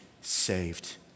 saved